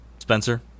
Spencer